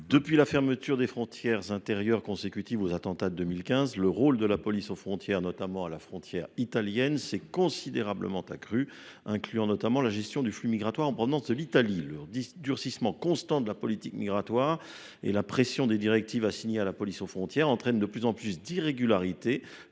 Depuis la fermeture des frontières intérieures, consécutivement aux attentats de 2015, le rôle de la police aux frontières, notamment à la frontière italienne, s’est considérablement accru, incluant notamment la gestion du flux migratoire en provenance de l’Italie. Le durcissement constant de la politique migratoire française et la pression des directives assignées à la police aux frontières entraînent de plus en plus d’irrégularités